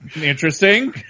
interesting